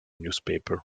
newspaper